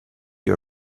you